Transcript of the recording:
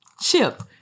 chip